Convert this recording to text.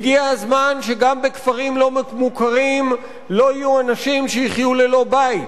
הגיע הזמן שגם בכפרים לא-מוכרים לא יהיו אנשים שיחיו ללא בית,